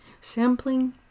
Sampling